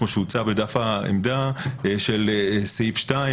כמו שהוצע בדף העמדה של סעיף 2,